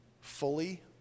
fully